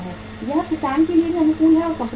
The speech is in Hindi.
यह किसान के लिए भी अनुकूल है और कंपनी के लिए भी